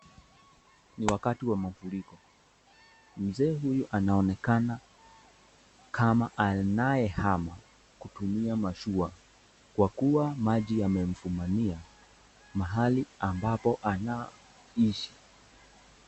Ni wakati wa mafuriko. Mzee huyu anaonekana kama anayehama kutumia mashua kwa kuwa maji yamemfumania mahali ambapo anaishi.